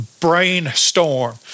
brainstorm